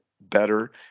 better